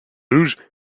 rouge